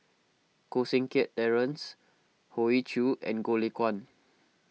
Koh Seng Kiat Terence Hoey Choo and Goh Lay Kuan